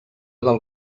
del